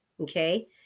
Okay